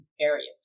areas